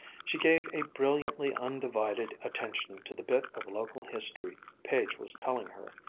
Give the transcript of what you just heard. she gave a brilliantly undivided attention to the bit of local history page was telling her,